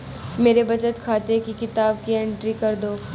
मेरे बचत खाते की किताब की एंट्री कर दो?